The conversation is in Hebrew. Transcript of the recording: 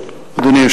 אדוני.